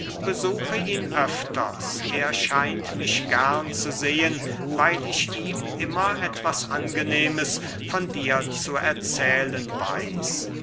besuche ihn öfters er scheint mich gern zu sehen weil ich ihm immer etwas angenehmes von dir zu erzählen weiß